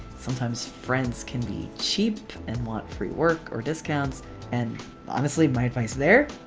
sometimes friends can be cheap and want free work or discounts and honestly my advice there?